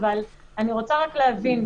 אבל אני רוצה רק להבין,